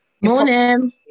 morning